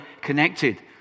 connected